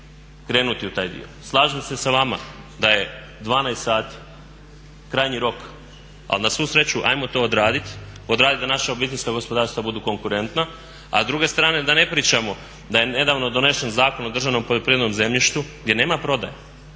Slažem se sa vama da je 12 sati krajnji rok ali na svu sreću ajmo to odraditi, odraditi da naša obiteljska gospodarstva budu konkurentna. A s druge strane da ne pričamo da je nedavno donesen Zakon o državnom poljoprivrednom zemljištu gdje nema prodaje.